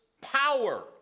power